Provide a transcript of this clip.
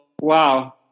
wow